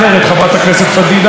במפלגת קדימה.